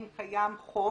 אם קיים חוב,